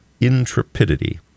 intrepidity